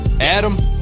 Adam